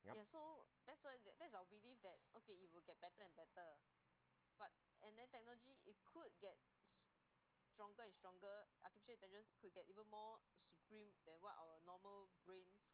yup